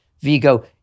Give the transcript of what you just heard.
Vigo